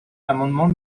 l’amendement